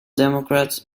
democrats